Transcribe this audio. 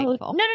no